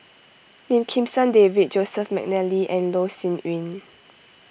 Lim Kim San David Joseph McNally and Loh Sin Yun